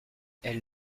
elles